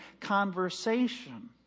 conversation